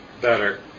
better